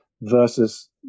versus